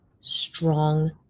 strong